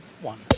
one